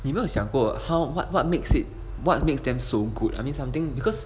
你没有想过 how what what makes it what makes them so good I mean something because